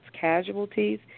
Casualties